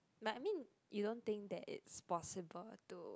but I mean you don't think that it's possible to